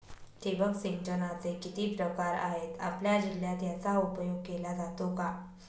ठिबक सिंचनाचे किती प्रकार आहेत? आपल्या जिल्ह्यात याचा उपयोग केला जातो का?